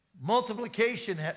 Multiplication